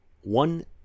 One